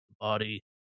body